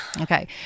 Okay